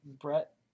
Brett